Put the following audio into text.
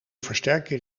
versterker